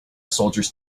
soldiers